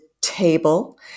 table